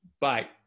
Bye